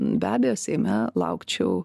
be abejo seime laukčiau